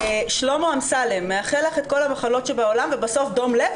שלמה אמסלם: מאחל לך את כל המחלות שבעולם ובסוף דום לב,